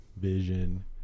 Vision